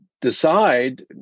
decide